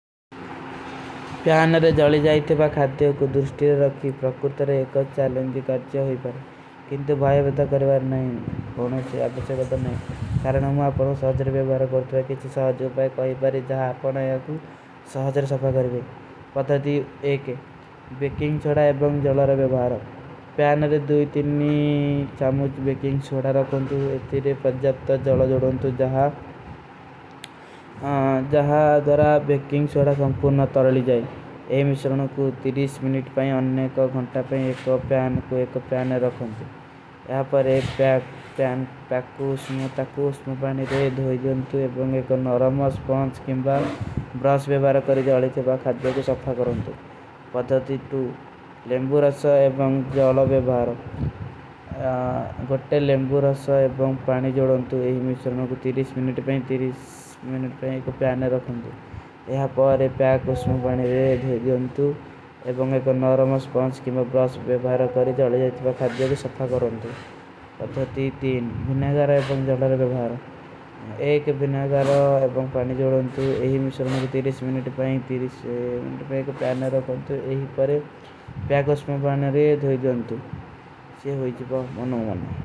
ପ୍ଯାନରେ ଜଲୀ ଜାଯତେ ପା ଖାଦ୍ଯୋ କୋ ଦୁର୍ଷ୍ଟୀର ରଖେ, ପ୍ରକୁର୍ତରେ ଏକ ଚାଲୋଂଗୀ କରଚେ ହୋଈବାର। କିଂଦ ଭାଯ ବଦା କରଵାର ନହୀଂ ହୋନେ ସେ, ଆପକେ ସେ ବଦା ନହୀଂ। ପ୍ରକୁର୍ତରେ ଆପକେ ପା ଖାଦ୍ଯୋ କୋ ଦୁର୍ଷ୍ଟୀର ରଖେ, ପ୍ରକୁର୍ତରେ ଆପକେ ପା ଖାଦ୍ଯୋ କୋ ଦୁର୍ଷ୍ଟୀର ରଖେ। ପ୍ରକୁର୍ତରେ ଆପକେ ପା ଖାଦ୍ଯୋ କୋ ଦୁର୍ଷ୍ଟୀର ରଖେ, ପ୍ରକୁର୍ତରେ ଆପକେ ପା ଖାଦ୍ଯୋ କୋ ଦୁର୍ଷ୍ଟୀର ରଖେ। ପ୍ରକୁର୍ତରେ ଆପକ ପ୍ରକୁର୍ତରେ ଆପକେ ପା ଖାଦ୍ଯୋ କୋ ଦୁର୍ଷ୍ଟୀର ରଖେ, ପ୍ରକୁର୍ତରେ ଆପକେ ପା ଖାଦ୍ଯୋ କୋ ଦୁର୍ଷ୍ଟୀର ରଖେ। ପ୍ରକୁର୍ତରେ ଆପକେ ପା ଖାଦ୍ଯୋ କୋ ଦୁର୍ଷ୍ଟୀର ରଖେ, ପ୍ରକୁର୍ତରେ ଆପକେ ପା ଖାଦ୍ଯୋ କୋ ଦୁର୍ଷ୍ଟୀର ରଖେ, ପ୍ରକୁର୍ତରେ ଆପକେ ପା ଶୁନ୍ଚଵ।